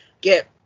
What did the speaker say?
get